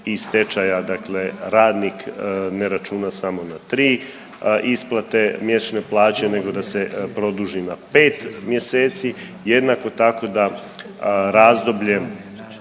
i stečaja dakle radnik ne računa samo na 3 isplate mjesečne plaće nego da se produži na 5 mjeseci. Jednako tako da razdoblje